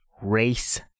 race